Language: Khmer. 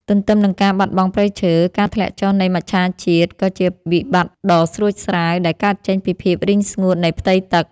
ទន្ទឹមនឹងការបាត់បង់ព្រៃឈើ ការធ្លាក់ចុះនៃមច្ឆជាតិក៏ជាវិបត្តិដ៏ស្រួចស្រាវដែលកើតចេញពីភាពរីងស្ងួតនៃផ្ទៃទឹក។